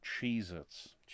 Cheez-Its